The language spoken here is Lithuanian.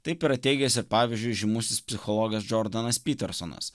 taip yra teigęs pavyzdžiui žymusis psichologas džordanas petersonas